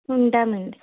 ఉంటాను అండి